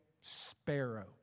sparrow